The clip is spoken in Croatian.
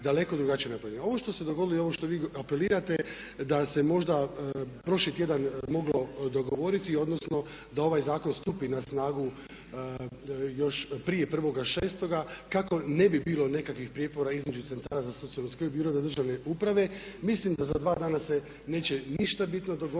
daleko drugačije napravljena. Ovo što se dogodilo i ovo što vi apelirate da se možda prošli tjedan moglo dogovoriti odnosno da ovaj zakon stupi na snagu još prije 1.6. kako ne bi bilo nekakvih prijepora između centara za socijalnu skrb i ureda državne uprave mislim da za dva dana se neće ništa bitno dogoditi